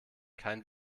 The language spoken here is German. kein